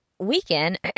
weekend